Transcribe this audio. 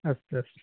अस्तु अस्तु